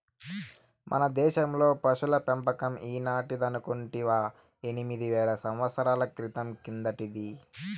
మన దేశంలో పశుల పెంపకం ఈనాటిదనుకుంటివా ఎనిమిది వేల సంవత్సరాల క్రితం కిందటిది